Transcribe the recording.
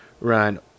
run